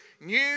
New